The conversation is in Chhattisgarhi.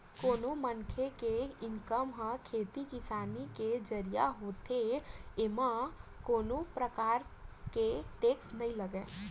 कोनो मनखे के इनकम ह खेती किसानी के जरिए होथे एमा कोनो परकार के टेक्स नइ लगय